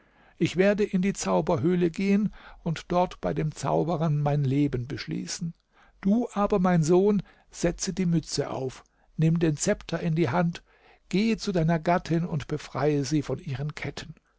ich werde in die zauberhöhle gehen und dort bei dem zauberern mein leben beschließen du aber mein sohn setze die mütze auf nimm den zepter in die hand geh zu deiner gattin und befreie sie von ihren ketten